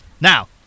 Now